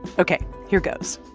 ok, here goes.